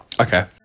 okay